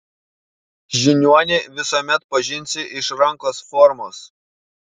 žiniuonį visuomet pažinsi iš rankos formos